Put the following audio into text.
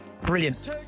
Brilliant